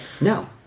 no